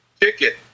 Ticket